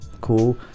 cool